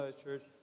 church